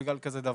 אבל